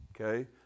Okay